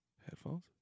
Headphones